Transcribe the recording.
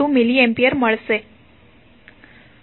42 mA મળશે